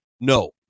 No